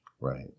Right